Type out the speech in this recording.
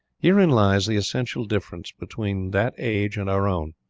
herein lies the essential difference between that age and our own.